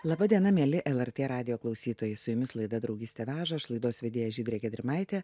laba diena mieli lrt radijo klausytojai su jumis laida draugystė veža aš laidos vedėja žydrė gedrimaitė